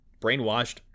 brainwashed